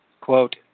quote